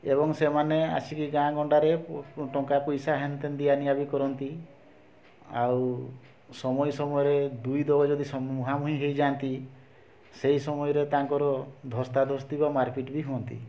ଏବଂ ସେମାନେ ଆସି କି ଗାଁ ଗଣ୍ଡାରେ ଟଙ୍କା ପଇସା ହେନ୍ ତେନ୍ ଦିଆ ନିଆ ବି କରନ୍ତି ଆଉ ସମୟ ସମୟରେ ଦୁଇ ଦଳ ଯଦି ମୁହାଁମୁହିଁ ହୋଇଯାଆନ୍ତି ସେଇ ସମୟରେ ତାଙ୍କର ଧସ୍ତା ଧସ୍ତି ବା ମାର୍ପିଟ୍ ବି ହୁଅନ୍ତି